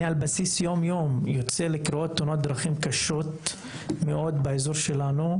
אני יוצא על בסיס יום-יומי לקראת תאונות דרכים קשות מאוד באזור שלנו,